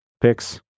picks